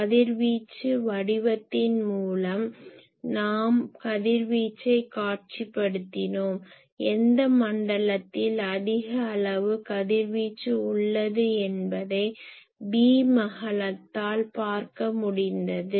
கதிர்வீச்சு வடிவத்தின் மூலம் நாம் கதிர்வீச்சை காட்சிப்படுத்தினோம்எந்த மண்டலத்தில் அதிக அளவு கதிர்வீச்சு உள்ளது என்பதை பீம் அகலத்தால் பார்க்க முடிந்தது